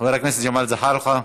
חבר הכנסת ג'מאל זחאלקה,